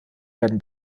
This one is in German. werden